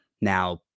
Now